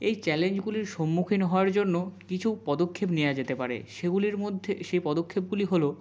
এই চ্যালেঞ্জগুলির সম্মুখীন হওয়ার জন্য কিছু পদক্ষেপ নেওয়া যেতে পারে সেগুলির মধ্যে সেই পদক্ষেপগুলি হল